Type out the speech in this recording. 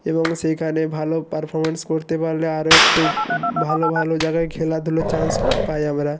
এবং সেইখানে ভালো পারফরমেন্স করতে পারলে আরো একটু ভালো ভালো জাগায় খেলাধুলোর চান্স পাই আমরা